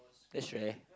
that's right